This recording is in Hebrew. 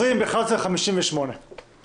(הישיבה נפסקה בשעה 11:55 ונתחדשה בשעה 12:00.)